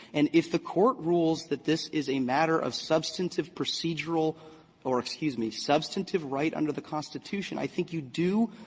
and if the court rules that this is a matter of substantive procedural or excuse me, substantive right under the constitution, i think you do